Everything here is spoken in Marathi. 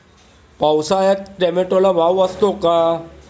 पावसाळ्यात टोमॅटोला भाव असतो का?